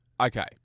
Okay